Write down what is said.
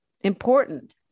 important